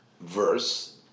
verse